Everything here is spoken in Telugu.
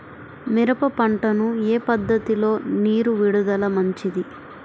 మిరప పంటకు ఏ పద్ధతిలో నీరు విడుదల మంచిది?